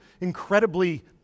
incredibly